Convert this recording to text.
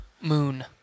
moon